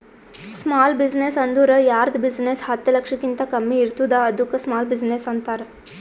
small business ಅಂದುರ್ ಯಾರ್ದ್ business ಹತ್ತ ಲಕ್ಷಕಿಂತಾ ಕಮ್ಮಿ ಇರ್ತುದ್ ಅದ್ದುಕ ಸ್ಮಾಲ್ ಬಿಜಿನೆಸ್ ಅಂತಾರ